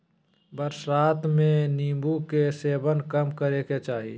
बरसात में नीम्बू के सेवन कम करे के चाही